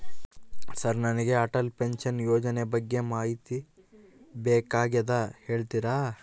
Sir ನನಗೆ Atal pension ಯೋಜನೆ ಬಗ್ಗೆ ಮಾಹಿತಿ ಬೇಕಾಗ್ಯದ ಹೇಳ್ತೇರಾ?